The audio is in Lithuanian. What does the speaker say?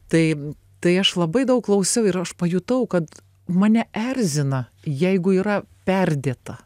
tai tai aš labai daug klausiau ir aš pajutau kad mane erzina jeigu yra perdėta